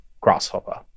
grasshopper